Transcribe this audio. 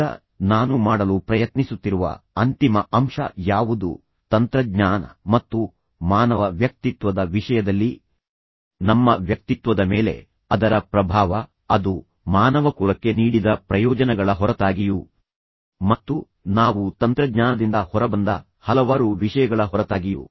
ಈಗ ನಾನು ಮಾಡಲು ಪ್ರಯತ್ನಿಸುತ್ತಿರುವ ಅಂತಿಮ ಅಂಶ ಯಾವುದು ತಂತ್ರಜ್ಞಾನ ಮತ್ತು ಮಾನವ ವ್ಯಕ್ತಿತ್ವದ ವಿಷಯದಲ್ಲಿ ನಮ್ಮ ವ್ಯಕ್ತಿತ್ವದ ಮೇಲೆ ಅದರ ಪ್ರಭಾವ ಅದು ಮಾನವಕುಲಕ್ಕೆ ನೀಡಿದ ಪ್ರಯೋಜನಗಳ ಹೊರತಾಗಿಯೂ ಮತ್ತು ನಾವು ತಂತ್ರಜ್ಞಾನದಿಂದ ಹೊರಬಂದ ಹಲವಾರು ವಿಷಯಗಳ ಹೊರತಾಗಿಯೂ